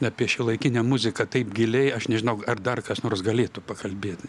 apie šiuolaikinę muziką taip giliai aš nežinau ar dar kas nors galėtų pakalbėt